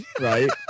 right